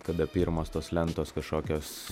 kada pirmos tos lentos kažkokios